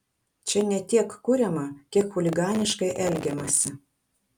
čia ne tiek kuriama kiek chuliganiškai elgiamasi